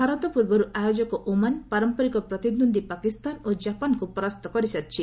ଭାରତ ପୂର୍ବରୁ ଆୟୋଜନ ଓମାନ୍ ପାରମ୍ପରିକ ପ୍ରତିଦ୍ୱନ୍ଦ୍ୱୀ ପାକିସ୍ତାନ ଓ ଜାପାନକୁ ପରାସ୍ତ କରିସାରିଛି